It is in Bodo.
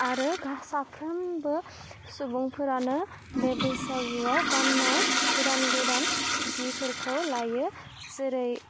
आरो साफ्रोमबो सुबुंफोरानो बे बैसागोआव गाननाय गोदान गोदान जिफोरखौ लायो जेरै